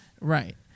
Right